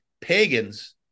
pagans